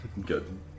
Good